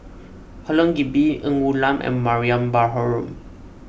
Helen Gilbey Ng Woon Lam and Mariam Baharom